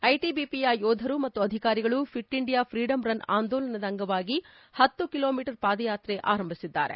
ಐಟಿಬಿಪಿಯ ಯೋಧರು ಮತ್ತು ಅಧಿಕಾರಿಗಳು ಫಿಟ್ ಇಂಡಿಯಾ ಫ್ರೀಡಂ ರನ್ ಆಂದೋಲನದ ಅಂಗವಾಗಿ ಹತ್ತು ಕಿಲೋಮೀಟರ್ ಪಾದಯಾತ್ರೆ ಆರಂಭಿಸಿದ್ದಾರೆ